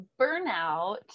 burnout